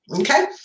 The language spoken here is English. okay